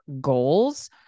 goals